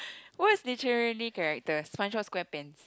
or as literally character SpongeBob Squarepants